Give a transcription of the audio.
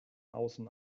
außen